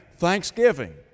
thanksgiving